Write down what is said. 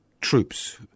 troops